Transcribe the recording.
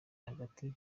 hagati